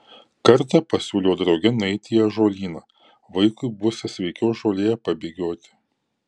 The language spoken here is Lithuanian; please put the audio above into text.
kartą pasiūliau drauge nueiti į ąžuolyną vaikui būsią sveikiau žolėje pabėgioti